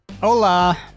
Hola